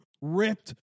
ripped